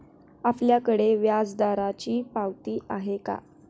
आपल्याकडे व्याजदराची पावती आहे का?